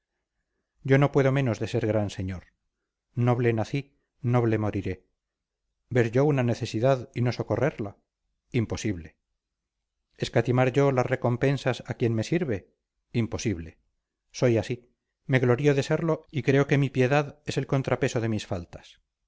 yo no puedo menos de ser gran señor noble nací noble moriré ver yo una necesidad y no socorrerla imposible escatimar yo las recompensas a quien me sirve imposible soy así me glorío de serlo y creo que mi piedad es el contrapeso de mis faltas